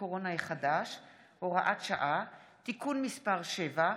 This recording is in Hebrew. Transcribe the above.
הקורונה החדש (הוראת שעה) (תיקון מס' 7),